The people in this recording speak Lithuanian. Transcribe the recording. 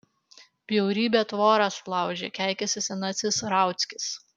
bjaurybė tvorą sulaužė keikiasi senasis rauckis